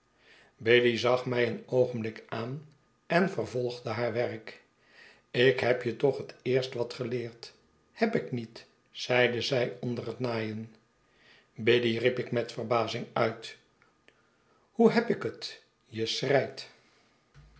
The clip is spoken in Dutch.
biddy zag mij een oogenblik aan en vervolgde haar werk ik beb je toch het eerst wat geleerd heb ik niet zeide zij onder het naaien biddy riep ik met verbazinguit hoeheb ik het je schreit